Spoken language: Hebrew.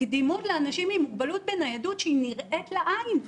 קדימות לאנשים עם מוגבלות בניידות שהיא נראית לעין.